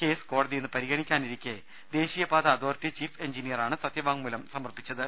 case കോടതി ഇന്ന് പരിഗണി ക്കാനിരിക്കെ ദേശീയപാത അതോറിറ്റി ചീഫ് എഞ്ചിനിയറാണ് സത്യവാങ്മൂലം സമർപ്പിച്ചത്